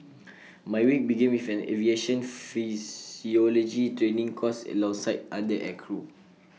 my week began with an aviation physiology training course alongside other aircrew